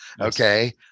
Okay